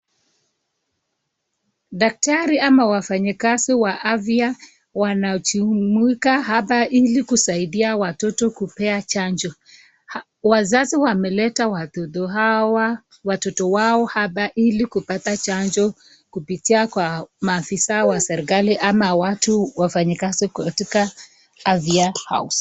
Daktari ama wafanyakazi wa afya wanajumuika hapa ili kusaidia watoto kupea chanjo. Wazazi wameleta watoto hao , watoto wao hapa ili kupata chanjo kupitia maafisa wa kiserikali ama watu wafanyakazi kutoka afya ( House).